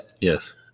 Yes